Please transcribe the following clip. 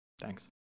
Thanks